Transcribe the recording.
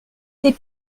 des